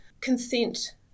consent